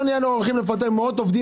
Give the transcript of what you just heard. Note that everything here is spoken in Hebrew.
ב-1 בינואר עומדים לפטר מאות עובדים